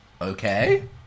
Okay